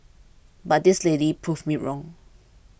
but this lady proved me wrong